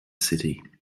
city